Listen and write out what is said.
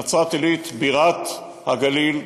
נצרת-עילית בירת הגליל,